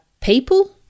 people